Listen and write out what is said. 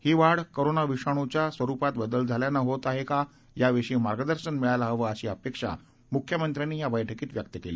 ही वाढ कोरोना विषाणूच्या स्वरुपात बदल झाल्यानं होत आहे का याविषयी मार्गदर्शन मिळायला हवं अशी अपेक्षा मुख्यमंत्र्यांनी या बैठकीत व्यक्त केली